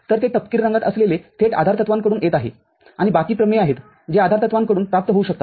तरते तपकिरी रंगात असलेले थेट आधारतत्वांकडून येत आहे आणि बाकी प्रमेय आहेत जे आधारतत्वांकडून प्राप्त होऊ शकतात